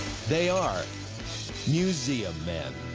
they are museum men.